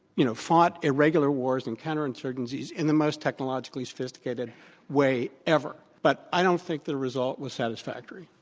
you know, fought irregular wars and counterinsurgencies in the most technologically sophisticated way ever, but i don't think the result was satisfactory.